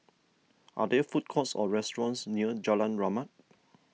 are there food courts or restaurants near Jalan Rahmat